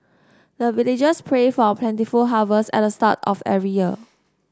the villagers pray for plentiful harvest at the start of every year